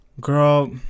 girl